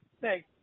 Thanks